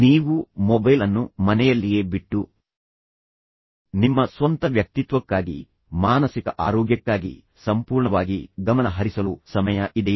ನೀವು ಮೊಬೈಲ್ ಅನ್ನು ಮನೆಯಲ್ಲಿಯೇ ಬಿಟ್ಟು ನಿಮ್ಮ ಸ್ವಂತ ವ್ಯಕ್ತಿತ್ವಕ್ಕಾಗಿ ಮಾನಸಿಕ ಆರೋಗ್ಯಕ್ಕಾಗಿ ಸಂಪೂರ್ಣವಾಗಿ ಗಮನ ಹರಿಸಲು ಸಮಯ ಇದೆಯೇ